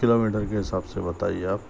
کلو metre کے حساب سے بتائیے آپ